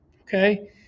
okay